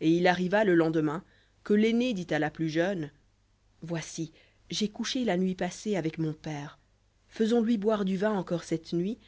et il arriva le lendemain que l'aînée dit à la plus jeune voici j'ai couché la nuit passée avec mon père faisons lui boire du vin encore cette nuit